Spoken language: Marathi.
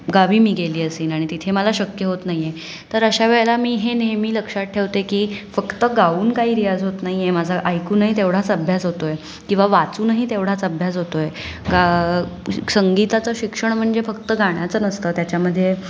गावी मी गेली असेन आणि तिथे मला शक्य होत नाही आहे तर अशा वेळेला मी हे नेहमी लक्षात ठेवते की फक्त गाऊन काही रियाज होत नाही आहे माझा ऐकूनही तेवढाच अभ्यास होतो आहे किंवा वाचूनही तेवढाच अभ्यास होतो आहे गा संगीताचं शिक्षण म्हणजे फक्त गाण्याचं नसतं त्याच्यामध्ये